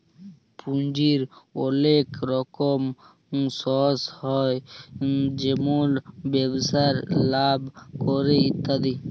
পুঁজির ওলেক রকম সর্স হ্যয় যেমল ব্যবসায় লাভ ক্যরে ইত্যাদি